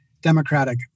Democratic